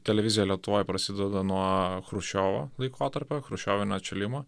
televizija lietuvoj prasideda nuo chruščiovo laikotarpio chruščiovinio atšilimo